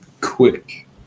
Quick